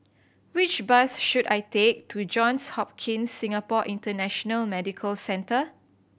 which bus should I take to Johns Hopkins Singapore International Medical Centre